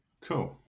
Cool